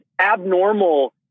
abnormal